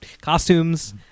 costumes